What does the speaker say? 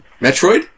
Metroid